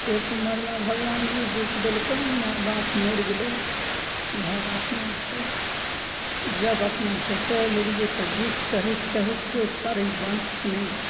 एक उमरमे भगवान ई दुःख देलकै माय बाप मरि गेलै भाय बाप नहि छै जब अपन ससुराल एलियै तऽ दुःख सहैत सहैत कोइ परिवंश नहि छी